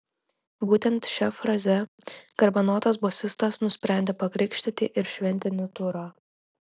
būtent šia fraze garbanotas bosistas nusprendė pakrikštyti ir šventinį turą